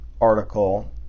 article